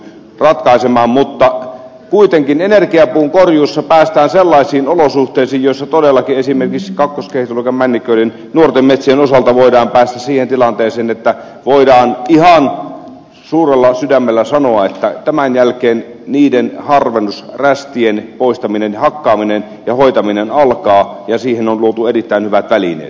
mutta kuitenkin energiapuun korjuussa päästään sellaisiin olosuhteisiin joissa todellakin esimerkiksi kakkoskehitysluokan männiköiden nuorten metsien osalta voidaan päästä siihen tilanteeseen että voidaan ihan suurella sydämellä sanoa että tämän jälkeen niiden harvennusrästien poistaminen hakkaaminen ja hoitaminen alkaa ja siihen on luotu erittäin hyvät välineet